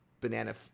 banana